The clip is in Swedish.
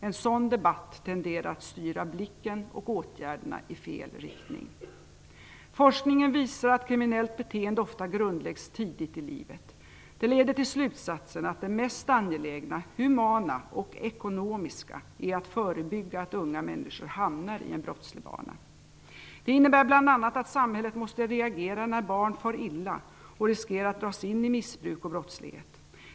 En sådan debatt tenderar att styra blicken och åtgärderna i fel riktning. Forskningen visar att kriminellt beteende ofta grundläggs tidigt i livet. Det leder till slutsatsen att det mest angelägna, humana och ekonomiska är att förebygga att unga människor hamnar i en brottslig bana. Det innebär bl.a. att samhället måste reagera när barn far illa och riskerar att dras in i missbruk och brottslighet.